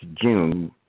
June